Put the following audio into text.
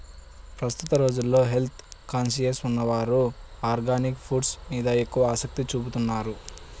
ప్రస్తుత రోజుల్లో health conscious ఉన్నవారు ఆర్గానిక్ ఫుడ్స్ మీద ఎక్కువ ఆసక్తి చూపుతున్నారు